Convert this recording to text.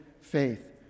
faith